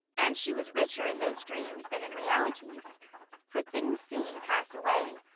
and she was richer in those dreams than in realities for things seen pass away,